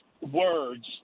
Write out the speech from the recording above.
words